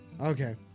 Okay